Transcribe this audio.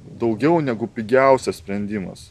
daugiau negu pigiausias sprendimas